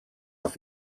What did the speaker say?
auf